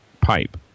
pipe